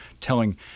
telling